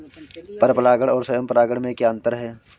पर परागण और स्वयं परागण में क्या अंतर है?